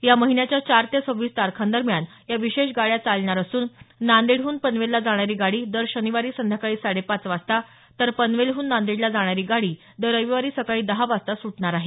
या महिन्याच्या चार ते सव्वीस तारखांदरम्यान या विशेष गाड्या चालणार असून नांदेडहून पनवेलला जाणारी गाडी दर शनिवारी संध्याकाळी साडेपाच वाजता तर पनवेलहून नांदेडला जाणारी गाडी दर रविवारी सकाळी दहा वाजता सुटणार आहे